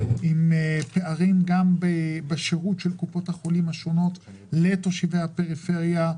פערים בשירות של קופות החולים השונות לתושבי הפריפריה,